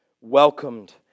welcomed